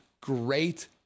Great